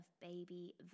baby